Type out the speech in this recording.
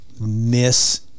miss